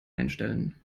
einstellen